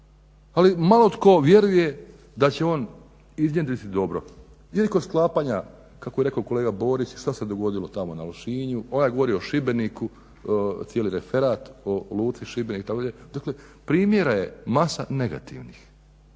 ali malo tko vjeruje da će on iznjedriti dobro ili kod sklapanja kako je rekao kolega Borić, šta se dogodilo tamo na Lošinju, ovaj govori o Šibeniku cijeli referat o luci Šibenik. Dakle, primjera je masa negativnih